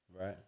Right